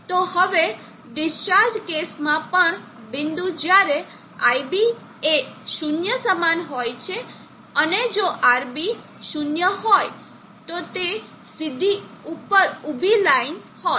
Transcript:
તો હવે ડિસ્ચાર્જ કેસમાં પણ બિંદુ જ્યારે iB એ 0 સમાન હોય છે અને જો RB 0 હોય તો તે સીધી ઉપર ઊભી લાઇન હોત